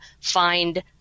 find